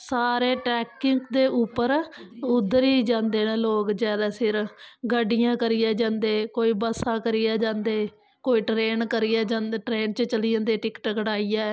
सारे टॅैकिंग दे उप्पर ओह् उध्दर गै जांदे न लोग जादा सिर गड्डियां करियै जंदे कोई बसां करियै जांदे कोई ट्रेन च चली जांदे टिकट कटाईयै